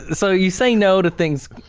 so you say no to things.